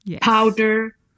Powder